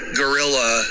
gorilla